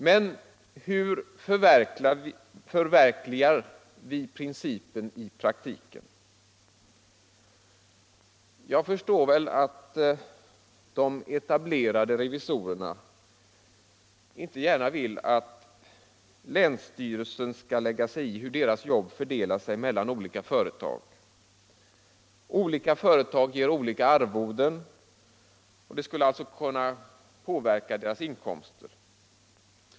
Men hur förverkligar vi principen i praktiken? De etablerade revisorerna vill tydligen inte att länsstyrelsen skall lägga sig i hur deras jobb fördelar sig mellan olika företag. Olika företag ger olika arvoden och revisorerna vill inte att de skall kunna påverka deras inkomster.